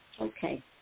okay